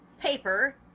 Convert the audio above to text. paper